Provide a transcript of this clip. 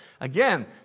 Again